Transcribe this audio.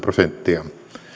prosenttia